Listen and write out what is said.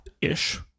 ish